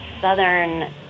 southern